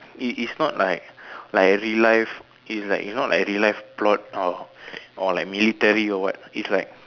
it is not like like real life it's like it's not like real life plot or or like military or what it's like